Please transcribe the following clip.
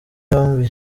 yombi